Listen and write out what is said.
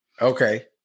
Okay